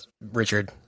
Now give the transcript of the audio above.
Richard